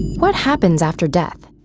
what happens after death?